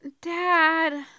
Dad